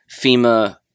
FEMA